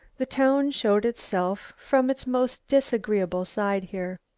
the town showed itself from its most disagreeable side here,